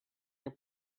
your